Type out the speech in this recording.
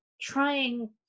trying